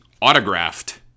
autographed